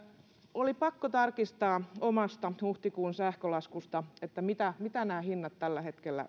oli pakko tarkistaa omasta huhtikuun sähkölaskusta mitä mitä nämä hinnat tällä hetkellä